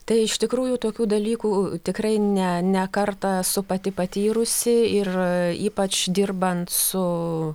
tai iš tikrųjų tokių dalykų tikrai ne ne kartą esu pati patyrusi ir ypač dirbant su